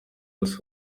bose